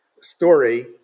story